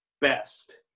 best